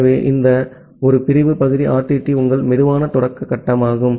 ஆகவே இந்த ஒரு பிரிவு பகுதி RTT உங்கள் சுலோ ஸ்டார்ட் கட்டமாகும்